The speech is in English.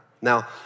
Now